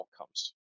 outcomes